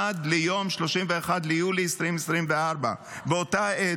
עד ליום 31 ביולי 2024. באותה העת,